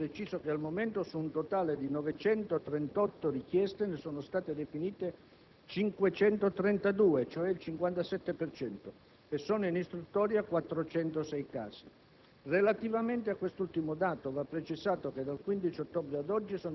Per quanto riguarda infine i procedimenti pendenti in attesa di risarcimento, preciso che al momento, su un totale di 938 richieste, ne sono state definite 532 (cioè il 57 per cento) e sono in istruttoria 406 casi.